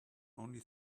only